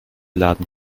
laden